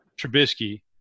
Trubisky